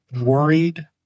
worried